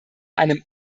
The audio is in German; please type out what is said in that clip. einem